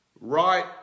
Right